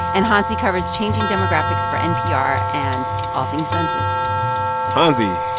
and hansi covers changing demographics for npr and all things census hansi,